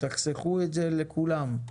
תחסכו את זה מכולם.